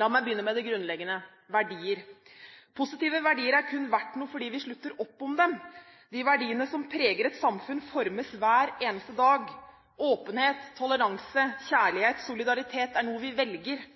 La meg begynne med det grunnleggende: verdier. Positive verdier er kun verdt noe fordi vi slutter opp om dem. De verdiene som preger et samfunn, formes hver eneste dag. Åpenhet, toleranse, kjærlighet, solidaritet er noe vi velger.